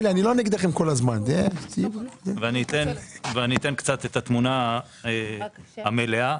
אתן את התמונה המלאה.